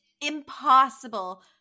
impossible